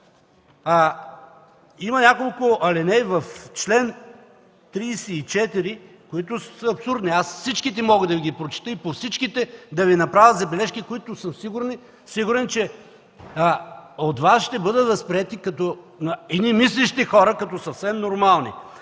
Има няколко алинеи в чл. 34, които са абсурдни. Всичките мога да Ви ги прочета и по всичките да Ви направя забележки, които съм сигурен, че ще бъдат възприети от Вас като от мислещи хора, като съвсем нормални.